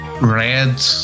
red